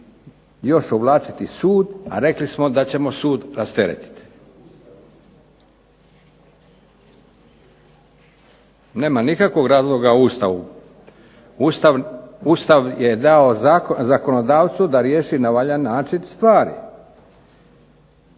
još uvlačiti sud, a rekli smo da ćemo sud rasteretiti. Nema nikakvog razloga u Ustavu. Ustav je dao zakonodavcu da riješi na valjan način stvari.